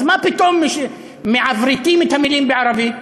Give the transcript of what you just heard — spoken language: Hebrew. אז מה פתאום מעברתים את המילים בערבית?